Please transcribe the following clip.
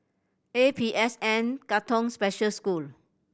A P S N Katong Special School